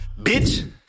Bitch